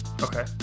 Okay